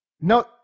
No